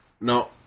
No